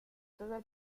tener